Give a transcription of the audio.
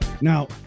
now